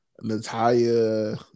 Natalia